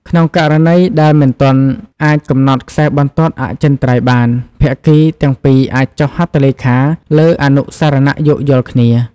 ក្នុងករណីដែលមិនទាន់អាចកំណត់ខ្សែបន្ទាត់អចិន្ត្រៃយ៍បាន ភាគីទាំងពីរអាចចុះហត្ថលេខាលើអនុស្សរណៈយោគយល់គ្នា ។